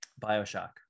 Bioshock